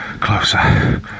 closer